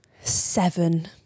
Seven